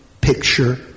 picture